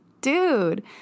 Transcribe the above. dude